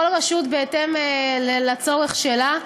כל רשות בהתאם לצורך שלה.